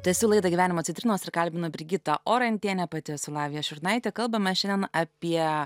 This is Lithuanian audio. tęsiu laida gyvenimo citrinos ir kalbinu brigitą orantienę pati esu lavija šiurnaitė kalbam mes šian apie